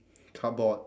cardboard